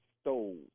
stole